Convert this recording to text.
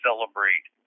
celebrate